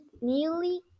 nearly